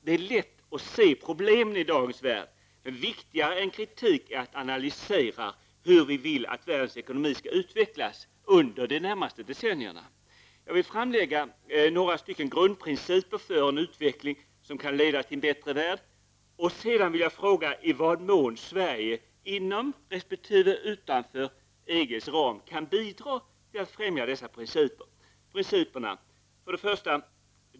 Det är lätt att se problemen i dagens värld, men viktigare än kritik är att analysera hur vi vill att världens ekonomi skall utvecklas under de närmaste decennierna. Jag vill här framlägga några grundprinciper för en utveckling som kan leda till en bättre värld, och sedan vill jag fråga i vad mån Sverige inom resp. utanför EGs ram kan bidra till att främja dessa principer. Principerna är: 1.